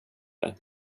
dig